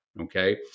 Okay